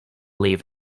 leave